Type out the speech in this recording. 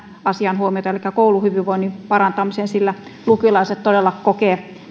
asiaan elikkä kouluhyvinvoinnin parantamiseen huomiota sillä lukiolaiset todella kokevat